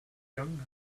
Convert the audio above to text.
young